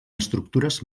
estructures